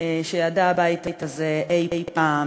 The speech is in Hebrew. שידע הבית הזה אי-פעם.